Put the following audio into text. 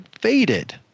faded